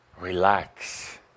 relax